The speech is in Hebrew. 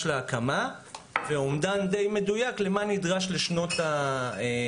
להקמה ואומדן די מדויק למה נדרש לשנות התחזוקה.